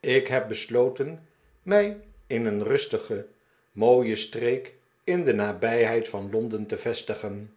ik heb besloten mij in een rustige mooie streek in de nabij held van londen te vestigen